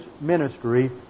ministry